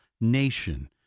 nation